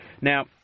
Now